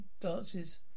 dances